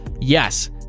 Yes